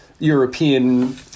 European